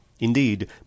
Indeed